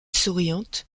souriante